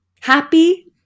happy